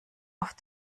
auf